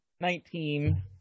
Nineteen